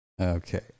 Okay